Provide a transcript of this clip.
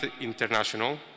international